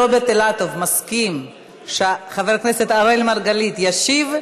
אם חבר הכנסת רוברט אילטוב מסכים שחבר הכנסת אראל מרגלית ישיב,